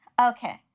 Okay